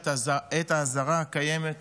אני מציג בפניכם את עיקרי הדברים כפי